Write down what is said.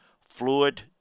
Fluid